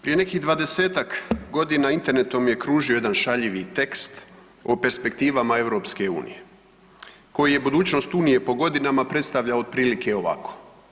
Prije nekih 20-tak godina internetom je kružio jedan šaljivi tekst o perspektivama EU koji je budućnost Unije po godinama predstavljao otprilike ovako.